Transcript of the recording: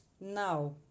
now